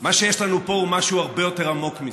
מה שיש לנו פה הוא משהו הרבה יותר עמוק מזה.